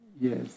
Yes